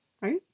Right